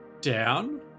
down